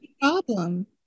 problem